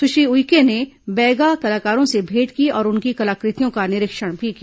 सुश्री उइके ने बैगा कलाकारों से भेंट की और उनकी कलाकृतियों का निरीक्षण भी किया